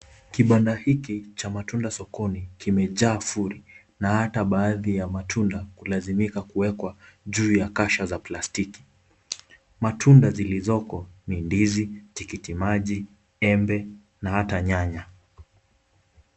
Kibanda hiki cha matunda sokoni kimejaa furi, na hata baadhi ya matunda kulazimika kuwekwa juu ya kasha za plastiki. Matunda zilizoko ni ndizi, tikiti maji, embe na hata nyanya.